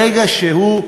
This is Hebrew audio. ברגע שהוא,